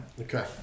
Okay